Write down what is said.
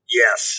yes